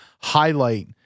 highlight